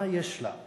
מה יש לה?